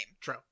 True